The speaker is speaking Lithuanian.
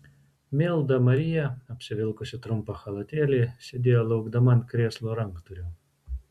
milda marija apsivilkusi trumpą chalatėlį sėdėjo laukdama ant krėslo ranktūrio